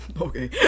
okay